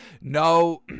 No